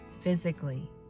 physically